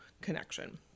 connection